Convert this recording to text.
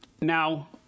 Now